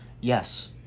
Yes